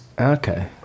Okay